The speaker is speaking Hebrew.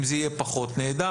אם זה יהיה פחות נהדר,